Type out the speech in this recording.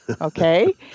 Okay